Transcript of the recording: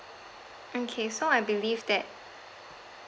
okay so I believe that